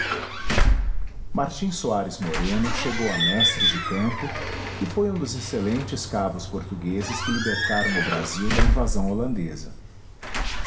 martim soares moreno chegou a mestre de campo e foi um dos excelentes cabos portugueses que libertaram o brasil da invasão holandesa